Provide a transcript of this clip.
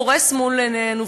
קורס מול עינינו,